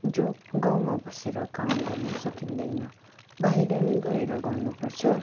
जो गाउँमा बसेर काम गर्नु सकिँदैन बाहिर नै गएर गर्नुपर्छ